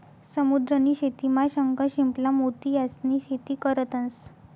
समुद्र नी शेतीमा शंख, शिंपला, मोती यास्नी शेती करतंस